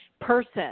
Person